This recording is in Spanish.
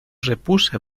repuse